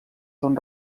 són